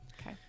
Okay